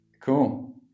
Cool